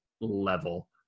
level